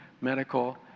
medical